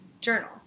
journal